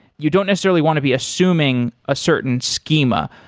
you don't necessarily want to be assuming a certain schema.